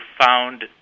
found